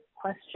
question